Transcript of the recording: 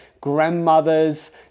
Grandmothers